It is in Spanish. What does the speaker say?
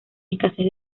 escasez